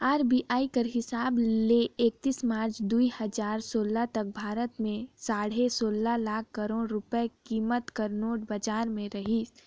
RBI कर हिसाब ले एकतीस मार्च दुई हजार सोला तक भारत में साढ़े सोला लाख करोड़ रूपिया कीमत कर नोट बजार में रहिस